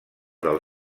del